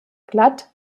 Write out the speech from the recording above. glatt